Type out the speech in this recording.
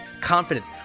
confidence